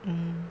um